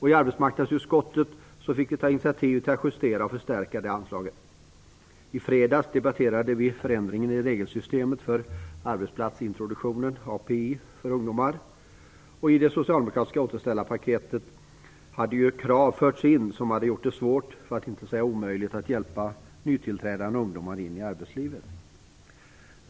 I arbetsmarknadsutskottet fick vi ta initiativ till en justering och en förstärkning av det anslaget. I fredags debatterade vi förändringen i regelsystemet för arbetsplatsintroduktionen, API, för ungdomar. I det socialdemokratiska återställarpaketet är krav införda som skulle göra det svårt, för att inte säga omöjligt, att hjälpa nytillträdande ungdomar in i arbetslivet.